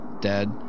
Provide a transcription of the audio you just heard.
dead